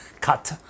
cut